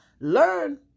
Learn